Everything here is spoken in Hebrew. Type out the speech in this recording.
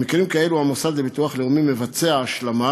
במקרים כאלו המוסד לביטוח לאומי מבצע השלמה